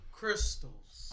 crystals